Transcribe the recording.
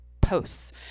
posts